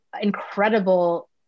incredible